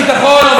או בעצם,